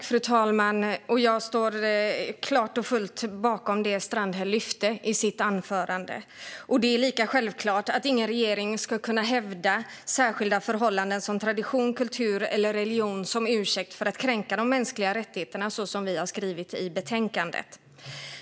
Fru talman! Jag står klart och fullt bakom det Annika Strandhäll lyfte fram i sitt anförande. "Självklart ska ingen regering kunna hävda särskilda förhållanden som tradition, kultur eller religion som ursäkt för att kränka de mänskliga rättigheterna", som vi har skrivit i betänkandet.